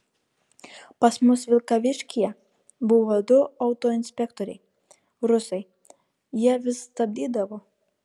pas mus vilkaviškyje buvo du autoinspektoriai rusai jie vis stabdydavo